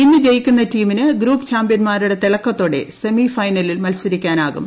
ഇന്ന് ജയിക്കുന്ന ടീമിന് ഗ്രൂപ്പ് ചാമ്പൃൻമാരുടെ തിളക്കത്തോടെ സെമി ഫൈനലിൽ മൽസരിക്കാനാകും